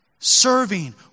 Serving